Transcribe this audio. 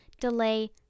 delay